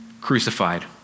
crucified